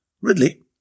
Ridley